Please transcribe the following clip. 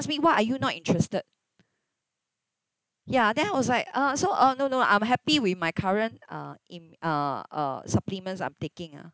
ask me why are you not interested ya then I was like uh so uh no no I'm happy with my current uh in uh uh supplements I'm taking ah